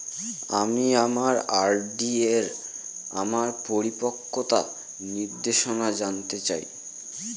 আমি আমার আর.ডি এর আমার পরিপক্কতার নির্দেশনা জানতে চাই